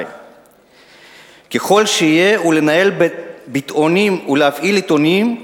ככל שיהיו ולנהל ביטאונים ולהפעיל עיתונים,